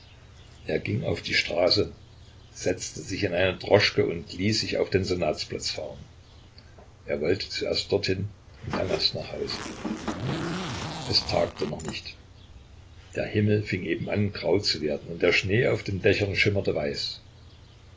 er ging auf die straße setzte sich in eine droschke und ließ sich auf den senatsplatz fahren er wollte zuerst dorthin und dann erst nach hause es tagte noch nicht der himmel fing eben an grau zu werden und der schnee auf den dächern schimmerte weiß